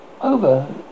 over